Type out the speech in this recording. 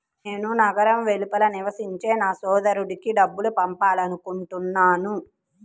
నేను నగరం వెలుపల నివసించే నా సోదరుడికి డబ్బు పంపాలనుకుంటున్నాను